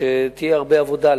תהיה הרבה עבודה,